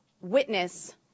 witness